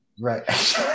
right